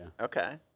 Okay